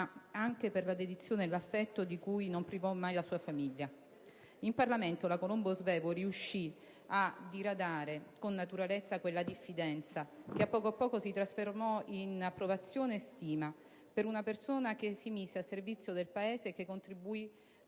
ma anche per la dedizione e l'affetto di cui non privò mai la sua famiglia. In Parlamento, la Colombo Svevo riuscì a diradare con naturalezza quella diffidenza che, a poco a poco, si trasformò in approvazione e stima per una persona che si mise a servizio del Paese e che contribuì